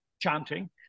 chanting